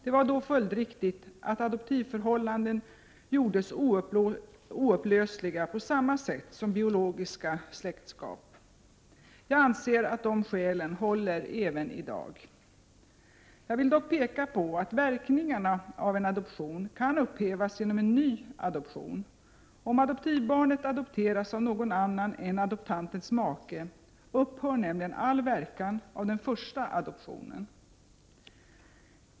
Det var då följdriktigt att adoptivförhållanden gjordes oupplösliga på samma sätt som biologiska släktskap. Jag anser att dessa skäl håller även i dag. Jag vill dock peka på att verkningarna av en adoption kan upphävas genom en ny adoption. Om adoptivbarnet adopteras av någon annan än adoptantens make, upphör nämligen all verkan av den första adoptionen.